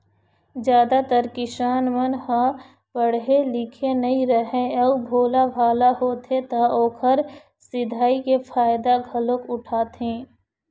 जादातर किसान मन ह पड़हे लिखे नइ राहय अउ भोलाभाला होथे त ओखर सिधई के फायदा घलोक उठाथें